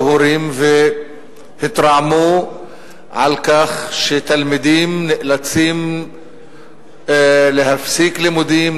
הורים והתרעמו על כך שתלמידים נאלצים להפסיק לימודים,